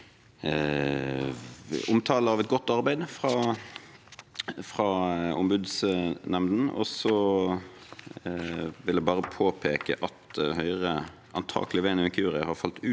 omtale av et godt arbeid fra Ombudsnemnda. Så vil jeg bare påpeke at Høyre, antakelig ved en inkurie, har falt ut